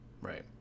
Right